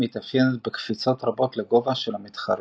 מתאפיינת בקפיצות רבות לגובה של המתחרים.